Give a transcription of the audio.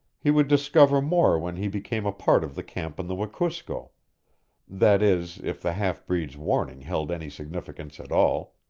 he would discover more when he became a part of the camp on the wekusko that is, if the half-breed's warning held any significance at all,